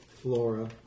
flora